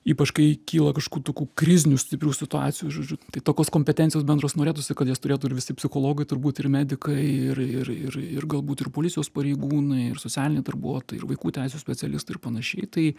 ypač kai kyla kažkokių tokių krizinių stiprių situacijų žodžiu tai tokios kompetencijos bendros norėtųsi kad jas turėtų ir visi psichologai turbūt ir medikai ir ir ir ir galbūt ir policijos pareigūnai ir socialiniai darbuotojai ir vaikų teisių specialistai ir panašiai tai